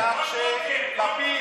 כל בוקר, כל בוקר, זה היה עם לפיד.